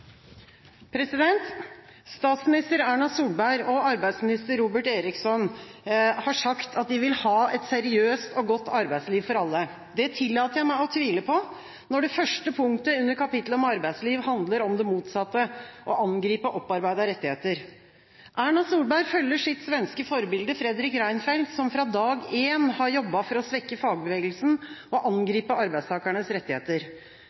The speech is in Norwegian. Statsminister Erna Solberg og arbeidsminister Robert Eriksson har sagt at de vil ha et seriøst og godt arbeidsliv for alle. Det tillater jeg meg å tvile på, når det første punktet under kapitlet om arbeidsliv handler om det motsatte – å angripe opparbeidede rettigheter. Erna Solberg følger sitt svenske forbilde, Fredrik Reinfeldt, som fra dag én har jobbet for å svekke fagbevegelsen og angripe arbeidstakernes rettigheter.